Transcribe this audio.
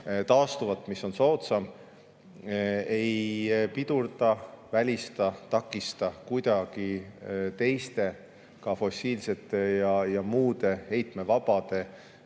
taastuvat, mis on soodsam, ei pidurda, välista, takista kuidagi teiste, ka fossiilsete ja muude heitmevabade